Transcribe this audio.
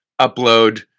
upload